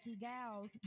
gals